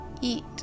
eat